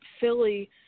Philly